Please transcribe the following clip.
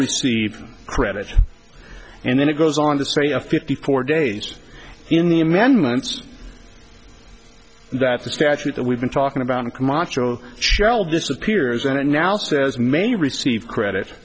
receive credit and then it goes on to say a fifty four days in the amendments that the statute that we've been talking about in camacho child disappears and it now says may receive credit